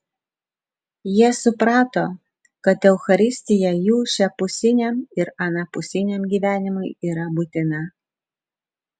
jie suprato kad eucharistija jų šiapusiniam ir anapusiniam gyvenimui yra būtina